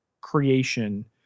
creation